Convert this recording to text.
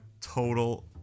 Total